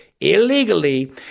illegally